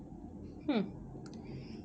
hmm